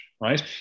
right